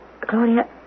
Claudia